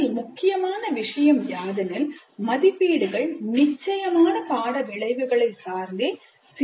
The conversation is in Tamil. இதில் முக்கியமான விஷயம் யாதெனில் மதிப்பீடுகள் நிச்சயமான பாட விளைவுகளை சார்ந்தே சீரமைக்கப்பட்டு இருக்க வேண்டும்